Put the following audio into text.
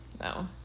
No